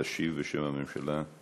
תשיב בשם הממשלה.